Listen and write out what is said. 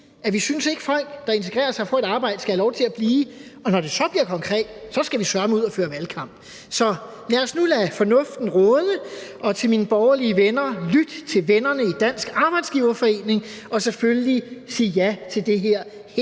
ikke synes, at folk, der integrerer sig og får et arbejde, skal have lov til at blive, og når det så bliver konkret, skal man søreme ud at føre valgkamp. Så lad nu fornuften råde, og til mine borgerlige venner vil jeg sige: Lyt til vennerne i Dansk Arbejdsgiverforening, og sig selvfølgelig ja til det her helt